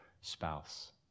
spouse